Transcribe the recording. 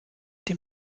dem